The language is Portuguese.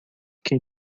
quem